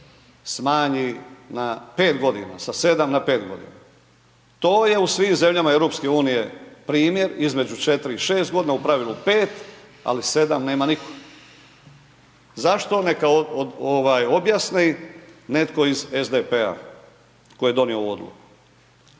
smanji na 5 godina, sa 7 na 5 godina. To je u svim zemljama EU, primjer između 4 i 6 godina, u pravilu 5, ali 7 nema nitko. Zašto neka objasni netko iz SDP-a tko je donio ovu odluku.